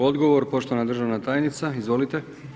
Odgovor poštovana državna tajnica, izvolite.